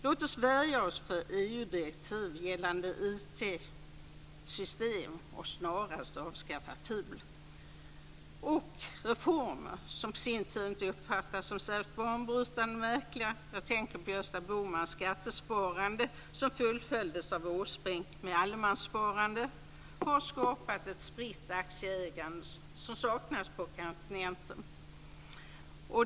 Låt oss värja oss mot EU direktiv gällande IT-system och snarast avskaffa Reformer som på sin tid inte uppfattades som särskilt banbrytande och märkliga, jag tänker på Gösta Bohmans skattesparande som fullföljdes av Åsbrink med allemanssparande, har skapat ett spritt aktieägande som saknas på kontinenten.